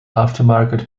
aftermarket